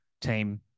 team